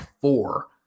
four